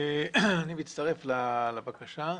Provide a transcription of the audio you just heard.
אני מצטרף לבקשה.